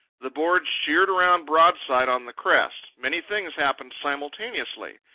the board sheered around broadside on the crest. many things happened simultaneously.